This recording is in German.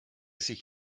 sich